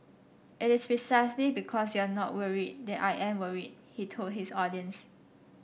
it is precisely because you are not worried that I am worried he told his audience